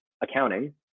accounting